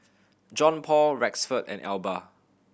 Johnpaul Rexford and Elba